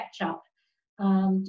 catch-up